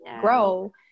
grow